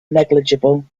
negligible